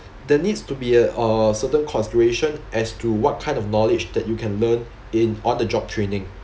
there needs to be a uh certain consideration as to what kind of knowledge that you can learn in on the job training